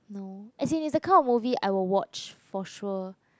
no as in it's a kind of movie I will watch for sure